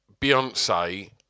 Beyonce